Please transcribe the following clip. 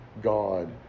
God